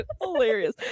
hilarious